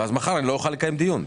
ואז מחר לא אוכל לקיים דיון.